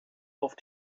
auf